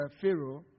Pharaoh